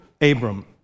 Abram